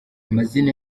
amazina